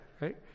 right